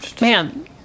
Man